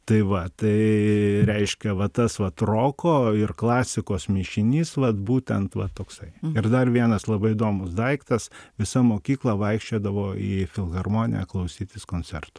tai va tai reiškia va tas vat roko ir klasikos mišinys vat būtent va toksai ir dar vienas labai įdomus daiktas visa mokykla vaikščiodavo į filharmoniją klausytis koncertų